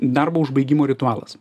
darbo užbaigimo ritualas